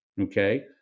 okay